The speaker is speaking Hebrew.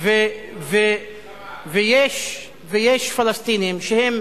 ויש פלסטינים, שהם